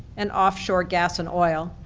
and offshore gas and oil,